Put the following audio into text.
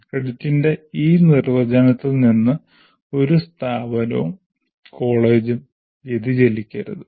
ക്രെഡിറ്റിന്റെ ഈ നിർവചനത്തിൽ നിന്ന് ഒരു സ്ഥാപനവും കോളേജും വ്യതിചലിക്കരുത്